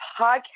Podcast